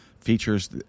features